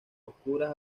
oscuras